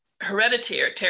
hereditary